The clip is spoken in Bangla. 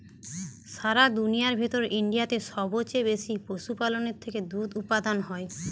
সারা দুনিয়ার ভেতর ইন্ডিয়াতে সবচে বেশি পশুপালনের থেকে দুধ উপাদান হয়